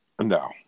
No